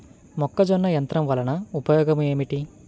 మొక్కజొన్న యంత్రం వలన ఉపయోగము ఏంటి?